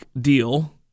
deal